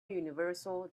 universal